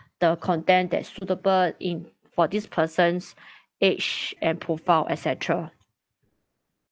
the content that suitable in for this person's age and profile et cetera